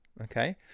okay